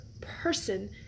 person